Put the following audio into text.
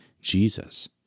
Jesus